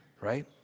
Right